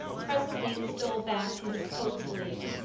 presently it stole back to his coat sleeve.